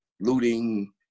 looting